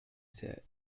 said